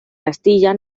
castilla